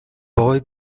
boy